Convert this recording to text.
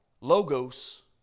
Logos